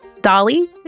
Dolly